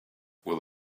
with